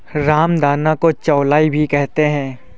रामदाना को चौलाई भी कहते हैं